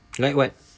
like what